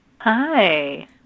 Hi